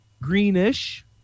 greenish